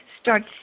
start